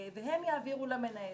והם יעבירו למנהל.